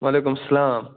وعلیکُم السَلام